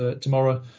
tomorrow